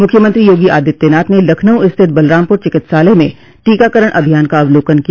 मुख्यमंत्री योगी आदित्यनाथ ने लखनऊ स्थित बलरामपुर चिकित्सालय में टीकाकरण अभियान का अवलोकन किया